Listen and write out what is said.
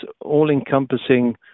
all-encompassing